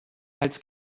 als